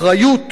אחריות